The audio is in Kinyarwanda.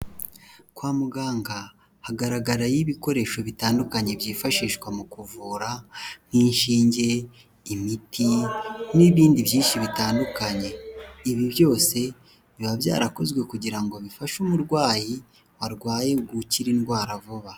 Kwa muganga hagaragarayo ibikoresho bitandukanye byifashishwa mu kuvura nk'inshinge imiti n'ibindi byinshi bitandukanye, ibi byose biba byarakozwe kugira ngo bifashe umurwayi urwaye gukira indwara vuba.